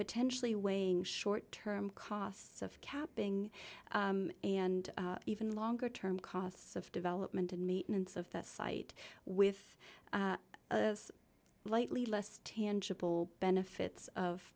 potentially weighing short term costs of capping and even longer term costs of development and maintenance of the site with lightly less tangible benefits of